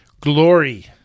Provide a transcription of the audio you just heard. Glory